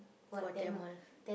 for Tamil